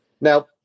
Now